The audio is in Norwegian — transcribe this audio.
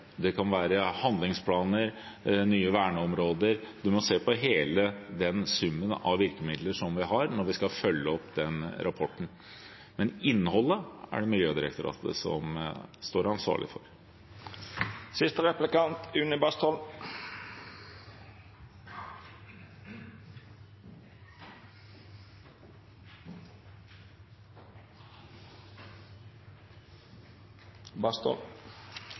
Det kan være handlingsplaner og nye verneområder. Man må se på hele summen av virkemidler vi har, når vi skal følge opp rapporten. Men innholdet er det Miljødirektoratet som står ansvarlig for.